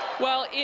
well,